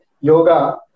yoga